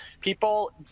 people